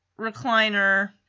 recliner